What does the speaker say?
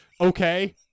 okay